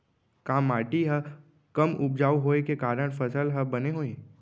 का माटी हा कम उपजाऊ होये के कारण फसल हा बने होही?